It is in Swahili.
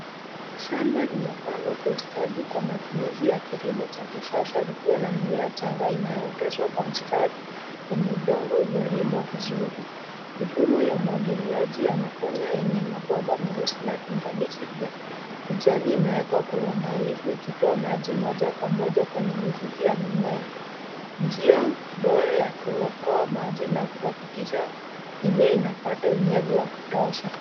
Shamba limepangwa kwa ustadi kwa matumizi ya kilimo cha kisasa likiwa na mimea changa inayooteshwa kwa mistari kwenye udongo uliolimwa vizuri. Mifumo ya umwagiliaji ya matone yenye mabomba meusi na viunganishi vya kijani vimewekwa kwa uangalifu ikitoa maji moja kwa moja kwenye mizizi ya mimea. Njia bora ya kuokoa maji na kuhakikisha mimea inapata unyevu wa kutosha.